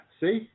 see